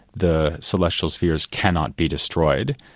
the celestial spheres cannot be destroyed.